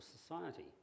society